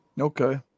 Okay